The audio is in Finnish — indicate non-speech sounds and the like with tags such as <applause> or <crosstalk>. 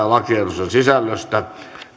<unintelligible> lakiehdotuksen sisällöstä